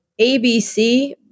ABC